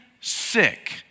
sick